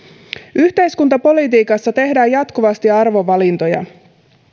yhteiskuntapolitiikassa tehdään jatkuvasti arvovalintoja